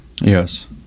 Yes